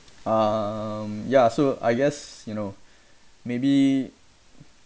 um ya so I guess you know maybe